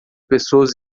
pessoas